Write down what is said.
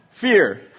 fear